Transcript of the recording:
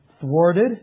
thwarted